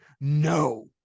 no